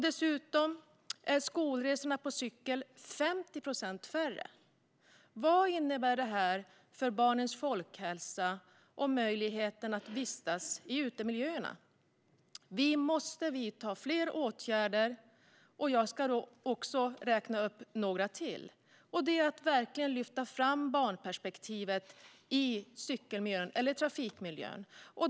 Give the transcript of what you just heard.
Dessutom är skolresorna på cykel 50 procent färre. Vad innebär detta för barnens folkhälsa och möjligheten att vistas i utemiljö? Vi måste vidta fler åtgärder. Jag tänkte räkna upp ytterligare några. Vi måste verkligen lyfta fram barnperspektivet i cykel eller trafikmiljön.